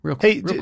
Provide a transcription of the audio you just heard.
Hey